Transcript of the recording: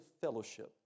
fellowship